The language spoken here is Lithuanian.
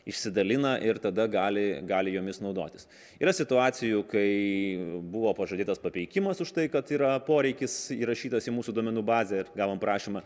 išsidalina ir tada gali gali jomis naudotis yra situacijų kai buvo pažadėtas papeikimas už tai kad yra poreikis įrašytas į mūsų duomenų bazę ir gavom prašymą